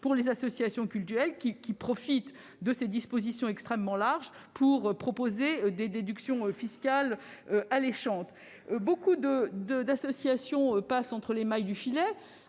les associations cultuelles qui profitent de ces dispositions extrêmement larges pour proposer des déductions fiscales alléchantes. Beaucoup d'associations passent entre les mailles du filet.